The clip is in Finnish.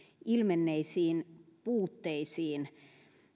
ilmenneisiin puutteisiin